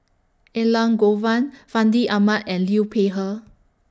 Elangovan Fandi Ahmad and Liu Peihe